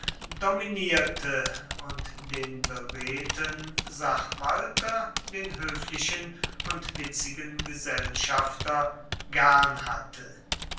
dominierte und den beredten sachwalter den höflichen und witzigen gesellschafter gern hatte